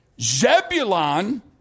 Zebulon